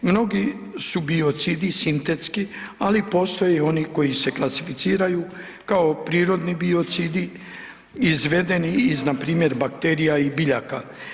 Mnogi su biocidi sintetski, ali postoje i oni koji se klasificiraju kao prirodni biocidi izvedeni iz npr. bakterija i biljaka.